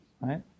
right